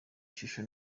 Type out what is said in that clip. shusho